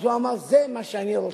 אז הוא אמר: זה מה שאני רוצה.